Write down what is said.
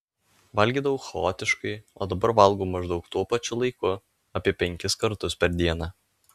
valgydavau chaotiškai o dabar valgau maždaug tuo pačiu laiku apie penkis kartus per dieną